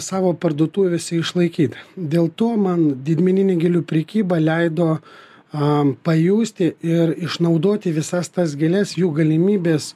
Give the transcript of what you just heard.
savo parduotuvėse išlaikyti dėl to man didmeninė gėlių prekyba leido am pajusti ir išnaudoti visas tas gėles jų galimybes